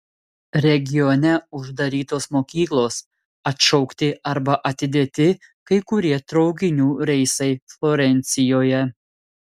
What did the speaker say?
regione uždarytos mokyklos atšaukti arba atidėti kai kurie traukinių reisai florencijoje